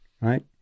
right